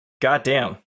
goddamn